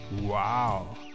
Wow